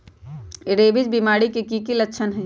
rabies बीमारी के कि कि लच्छन हई